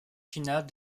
finale